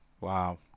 Wow